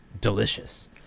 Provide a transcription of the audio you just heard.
delicious